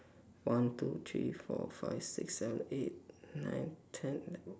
one two three four five six seven eight nine ten elev~